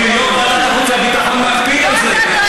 כי יו"ר ועדת החוץ והביטחון מקפיד על זה,